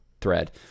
thread